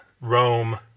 Rome